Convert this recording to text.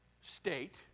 state